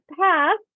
past